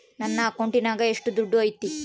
ನನ್ನ ಅಕೌಂಟಿನಾಗ ಎಷ್ಟು ದುಡ್ಡು ಐತಿ?